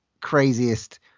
craziest